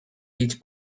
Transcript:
each